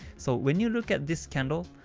so when you look at this candle,